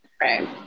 Right